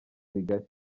bigari